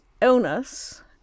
illness